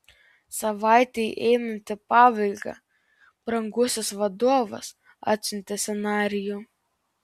savaitei einant į pabaigą brangusis vadovas atsiuntė scenarijų